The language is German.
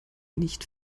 nicht